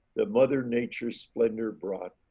that mother nature's splendor brought.